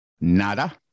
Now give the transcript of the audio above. nada